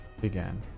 began